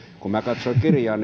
kun minä katsoin kirjaa